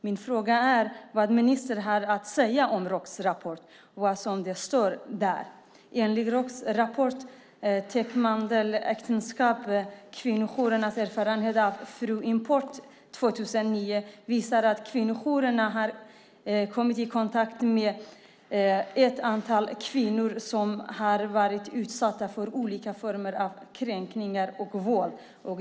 Min fråga är vad ministern har att säga om Roks rapport Täckmantel: äktenskap. Kvinnojourernas erfarenhet av fru-import , utgiven 2009. Rapporten visar att kvinnojourerna kommit i kontakt med ett antal kvinnor som varit utsatta för olika former av kränkning och våld.